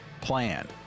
plan